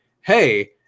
Hey